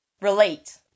relate